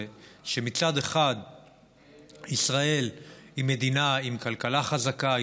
שמצד אחד ישראל היא מדינה עם כלכלה חזקה,